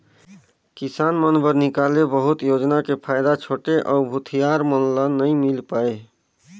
किसान मन बर निकाले बहुत योजना के फायदा छोटे अउ भूथियार मन ल नइ मिल पाये